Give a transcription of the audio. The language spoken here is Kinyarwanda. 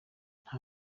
nta